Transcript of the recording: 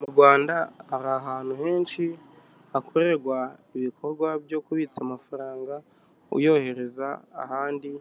Mu Rwanda hari ahantu henshi hakorerwa ibikorwa byo kubitsa amafaranga uyohereza ahandi